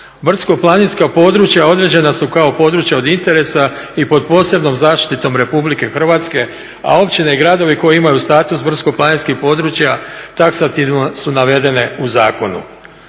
Brdsko-planinska područja određena su kao područja od interesa i pod posebnom zaštitom Republike Hrvatske, a općine i gradovi koje imaju status brdsko-planinskih područja taksativno su navedene u zakonu.